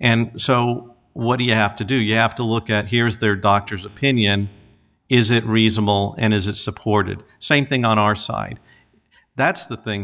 and so what do you have to do you have to look at here is their doctor's opinion is it reasonable and is it supported same thing on our side that's the thing